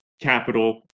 capital